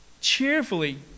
cheerfully